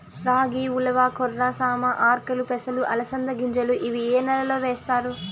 రాగి, ఉలవ, కొర్ర, సామ, ఆర్కెలు, పెసలు, అలసంద గింజలు ఇవి ఏ నెలలో వేస్తారు?